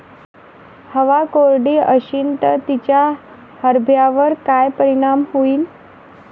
हवा कोरडी अशीन त तिचा हरभऱ्यावर काय परिणाम होईन?